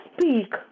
speak